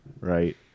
right